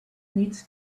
needs